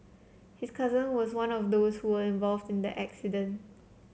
his cousin was one of those involved in that incident